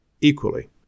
equally